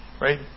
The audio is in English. right